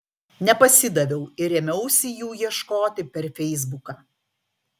nepasidaviau ir ėmiausi jų ieškoti per feisbuką